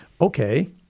Okay